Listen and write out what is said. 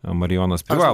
marijonas privalo